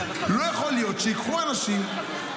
שייקחו אנשים,